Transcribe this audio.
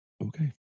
okay